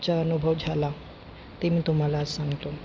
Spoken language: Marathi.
चा अनुभव झाला ते मी तुम्हाला आज सांगतो